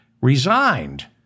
resigned